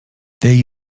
they